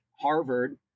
Harvard